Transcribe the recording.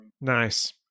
Nice